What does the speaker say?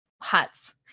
huts